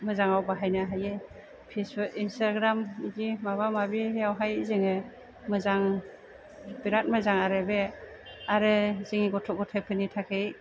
मोजाङाव बाहायनो हायो फेसबुक इन्सटाग्राम बिदि माबा माबियावहाय जोङो मोजां बिराद मोजां आरो बे आरो जोंनि गथ' गथायफोरनि थाखाय